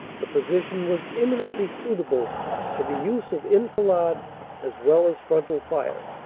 the position was emin ently suitable for the use of enfilade as well as frontal fire,